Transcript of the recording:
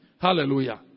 Hallelujah